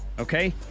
Okay